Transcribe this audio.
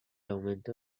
aumento